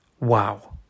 wow